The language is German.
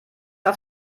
auf